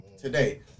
today